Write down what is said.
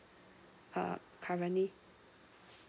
uh currently